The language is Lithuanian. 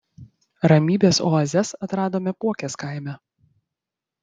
ramybės oazes atradome puokės kaime